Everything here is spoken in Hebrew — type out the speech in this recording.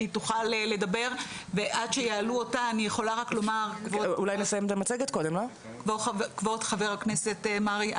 היא תוכל לדבר ועד שיעלו אותה אני יכולה רק לומר כבוד חבר הכנסת מרעי,